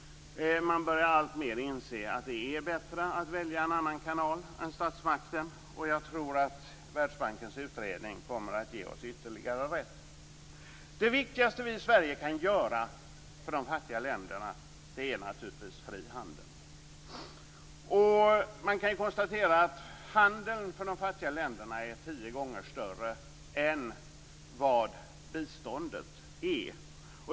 Man börjar alltmer inse att det är bättre att välja en annan kanal än statsmakten, och jag tror att Världsbankens utredning kommer att ge oss ytterligare rätt. Det viktigaste vi i Sverige kan göra för de fattiga länderna är naturligtvis frihandeln. Man kan konstatera att handeln för de fattiga länderna är tio gånger större än vad biståndet är.